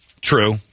True